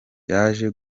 yaje